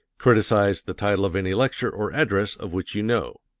criticise the title of any lecture or address of which you know.